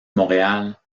montréal